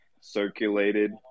circulated